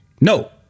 No